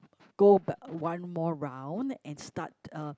go back one more round and start a